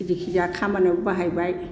E जिखिजाया खामानियावबो बाहायबाय